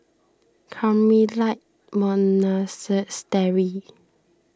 Carmelite